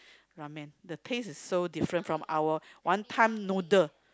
ramen the taste is so different from our wanton noodle